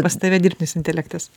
pas tave dirbtinis intelektas